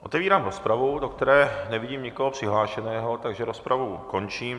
Otevírám rozpravu, do které nevidím nikoho přihlášeného, takže rozpravu končím.